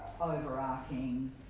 overarching